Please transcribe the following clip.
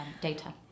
data